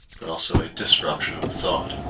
but also a disruption of thought.